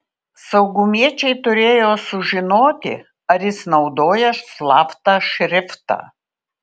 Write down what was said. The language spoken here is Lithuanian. saugumiečiai turėjo sužinoti ar jis naudoja slaptą šriftą